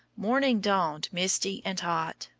morning dawned misty and hot.